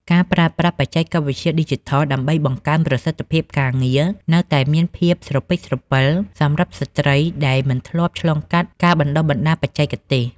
ការប្រើប្រាស់បច្ចេកវិទ្យាឌីជីថលដើម្បីបង្កើនប្រសិទ្ធភាពការងារ នៅតែមានភាពស្រពិចស្រពិលសម្រាប់ស្ត្រីដែលមិនធ្លាប់ឆ្លងកាត់ការបណ្ដុះបណ្ដាលបច្ចេកទេស។